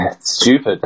stupid